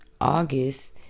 August